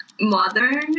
modern